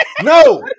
No